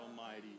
Almighty